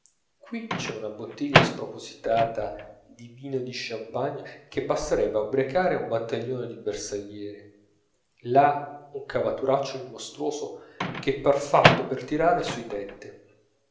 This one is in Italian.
qui c'è una bottiglia spropositata di vino di champagne che basterebbe a ubbriacare un battaglione di bersaglieri là un cavaturaccioli mostruoso che par fatto per tirar su i tetti